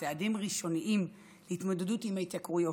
צעדים ראשוניים להתמודדות עם ההתייקרויות.